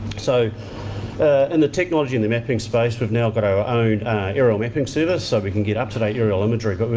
so and the technology in the mapping space, we've now got our own aerial mapping service, so we can get up to date aerial imagery.